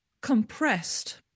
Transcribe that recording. compressed